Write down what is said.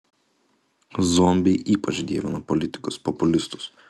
zombiai ypač dievina politikus populistus